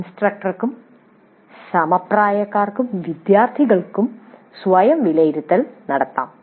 ഇൻസ്ട്രക്ടർക്കും സമപ്രായക്കാർക്കും വിദ്യാർത്ഥികൾക്കും സ്വയം വിലയിരുത്തൽ നടത്താം